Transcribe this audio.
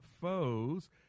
foes